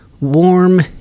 warm